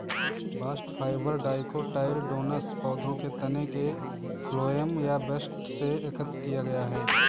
bast fibre dicotyledonous पौधों के तने के फ्लोएम या बस्ट से एकत्र किया गया है